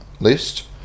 list